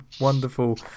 wonderful